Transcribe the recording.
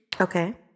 Okay